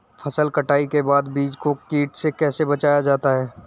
फसल कटाई के बाद बीज को कीट से कैसे बचाया जाता है?